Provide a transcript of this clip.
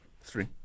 three